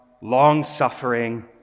long-suffering